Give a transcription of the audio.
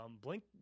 blink